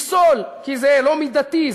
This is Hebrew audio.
לפסול כי זה לא מידתי,